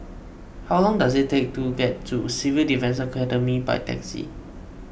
how long does it take to get to Civil Defence Academy by taxi